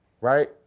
right